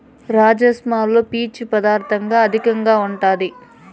రాజ్మాలో పీచు పదార్ధం అధికంగా ఉంటాది